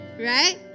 Right